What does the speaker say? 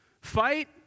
Fight